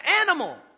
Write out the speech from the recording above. animal